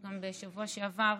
גם בשבוע שעבר,